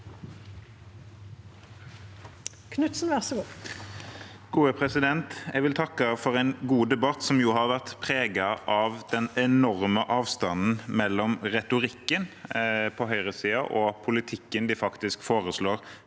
Knutsen (A) Jeg vil takke for en god debatt, som har vært preget av den enorme avstanden mellom retorikken på høyresiden og politikken de faktisk foreslår